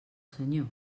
senyor